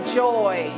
joy